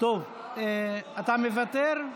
טוב, אתה מוותר?